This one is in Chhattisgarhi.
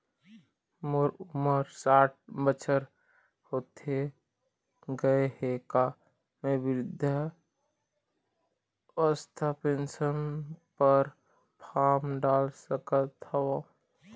मोर उमर साठ बछर होथे गए हे का म वृद्धावस्था पेंशन पर फार्म डाल सकत हंव?